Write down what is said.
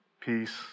peace